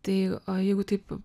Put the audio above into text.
tai jeigu taip